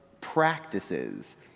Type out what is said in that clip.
practices